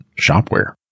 Shopware